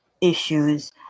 issues